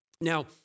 Now